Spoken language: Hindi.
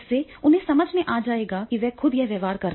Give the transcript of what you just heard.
और इससे उन्हें समझ में आ जाएगा कि वह खुद यह व्यवहार कर रहा है